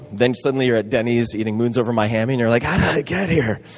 then suddenly you're at denny's eating moons over my hammy, and you're like, how did i get here,